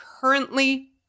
currently